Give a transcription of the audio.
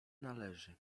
należy